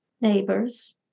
neighbors